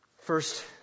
First